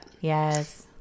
yes